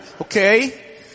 Okay